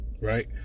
Right